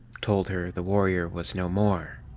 told her the warrior was no more.